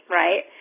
right